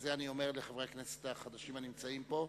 את זה אני אומר לחברי הכנסת החדשים הנמצאים פה.